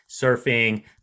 surfing